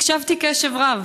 הקשבתי בקשב רב,